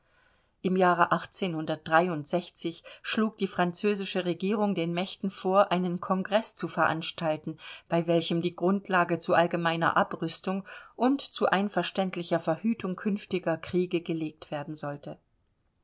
im jahre schlug die französische regierung den mächten vor einen kongreß zu veranstalten bei welchem die grundlage zu allgemeiner abrüstung und zu einverständlicher verhütung künftiger kriege gelegt werden sollte